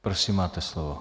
Prosím, máte slovo.